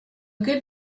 good